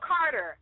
Carter